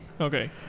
Okay